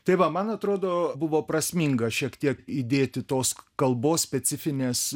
tai va man atrodo buvo prasminga šiek tiek įdėti tos kalbos specifinės